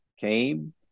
came